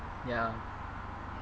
ya